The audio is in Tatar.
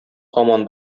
һаман